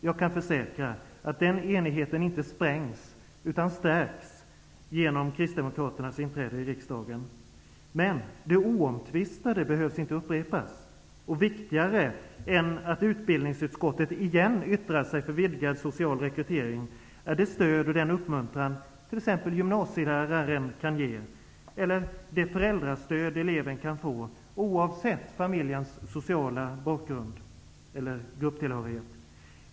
Jag kan försäkra att den enigheten inte sprängs utan stärks genom Kristdemokraternas inträde i riksdagen. Men det oomtvistade behöver inte upprepas, och viktigare än att utbildningsutskottet på nytt yttrar sig för vidgad social rekrytering är det stöd och den uppmuntran t.ex. gymnasieläraren kan ge eller det föräldrastöd eleven kan få, oavsett familjens sociala grupptillhörighet.